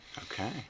Okay